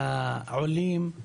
לעולים,